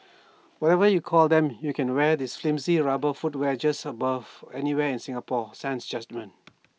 whatever you call them you can wear this flimsy rubber footwear just above anywhere in Singapore sans judgement